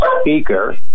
speaker